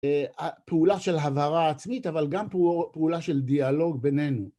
פעולה של העברה עצמית אבל גם פעולה של דיאלוג בינינו